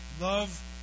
Love